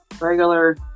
regular